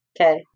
Okay